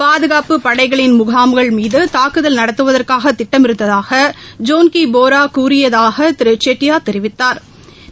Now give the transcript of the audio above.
பாதுகாப்புப் படைகளின் முகாம்கள் மீது தாக்குதல் நடத்துவதற்கு திட்டமிட்டிருந்ததாக ஜோம்கி போரா கூறியதாக திரு ஷெட்டியா தெரிவித்ாா்